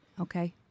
Okay